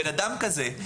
בן אדם כזה,